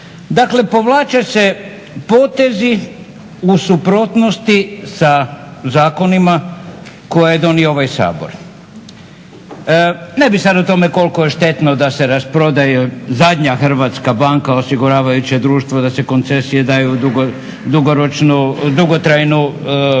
Dakle, povlače se potezi u suprotnosti sa zakonima koje je donio ovaj Sabor. Ne bih sad o tome koliko je štetno da se rasprodaje zadnja hrvatska banka, osiguravajuće društvo, da se ceste daju u dugotrajne koncesije,